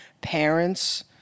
parents